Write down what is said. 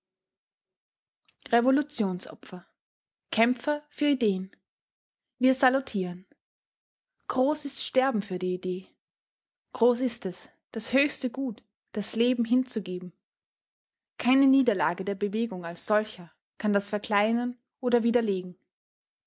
revolutionsopfer kämpfer für ideen wir salutieren groß ist sterben für die idee groß ist es das höchste gut das leben hinzugeben keine niederlage der bewegung als solcher kann das verkleinern oder widerlegen